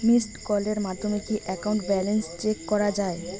Missed কলের মাধ্যমে কি একাউন্ট ব্যালেন্স চেক করা যায়?